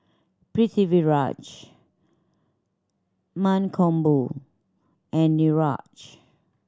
Pritiviraj Mankombu and Niraj